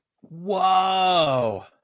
Whoa